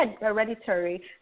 hereditary